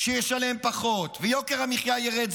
שישלם פחות, ויוקר המחיה ירד.